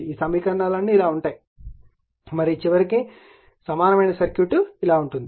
ఈ సమీకరణాలన్నీ ఇలా ఉంటాయి మరియు చివరికి సమానమైన సర్క్యూట్ ఇలా ఉంటుంది